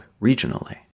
regionally